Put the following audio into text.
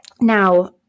now